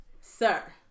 sir